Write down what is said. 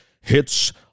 hits